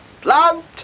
Plant